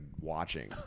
watching